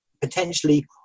potentially